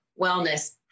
wellness